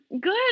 good